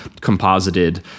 composited